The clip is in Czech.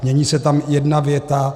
Mění se tam jedna věta.